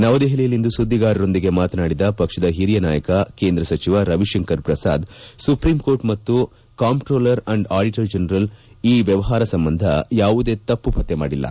ನವದೆಹಲಿಯಲ್ಲಿಂದು ಸುದ್ದಿಗಾರರೊಂದಿಗೆ ಮಾತನಾಡಿದ ಪಕ್ಷದ ಹಿರಿಯ ನಾಯಕ ಕೇಂದ್ರ ಸಚಿವ ರವಿಶಂಕರ್ ಪ್ರಸಾದ್ ಸುಪ್ರೀಂಕೋರ್ಟ್ ಮತ್ತು ಕಾಂಪ್ಟೆಲರ್ ಮತ್ತು ಆಡಿಟರ್ ಜನರಲ್ ಈ ವ್ಯವಹಾರ ಸಂಬಂಧ ಯಾವುದೇ ತಪ್ಪು ಪತ್ತೆ ಮಾಡಿಲ್ಲ